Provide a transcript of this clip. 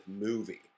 movie